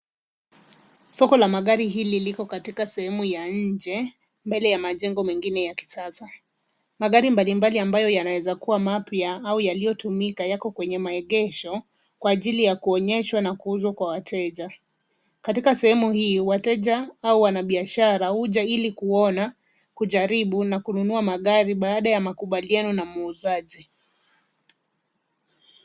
Soko la magari hili liko katika sehemu ya nje mbele ya majengo mengine ya kisasa. Magari mbalimbali ambayo yanaweza kuwa mapya au yaliyotumika yako kwenye maegesho kwa ajili ya kuonyeshwa na kuuzwa kwa watej. Katika sehemu hii wateja au wanabiashara huja kuona, kujaribu na kununua magari baada ya makubaliano na muuzaji.